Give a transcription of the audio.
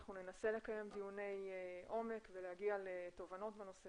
אנחנו ננסה לקיים דיוני עומק ולהגיע לתובנות בנושא